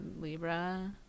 Libra